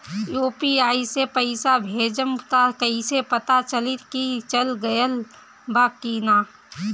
UPI से पइसा भेजम त कइसे पता चलि की चल गेल बा की न?